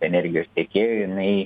energijos tiekėjo jinai